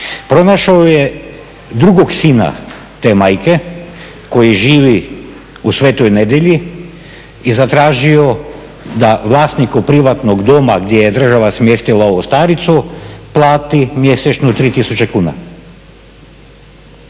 Pronašao je drugog sina te majke koji živi u Sv. Nedelji i zatražio da vlasniku privatnog doma gdje je država smjestila ovu staricu plati mjesečno 3000 kuna.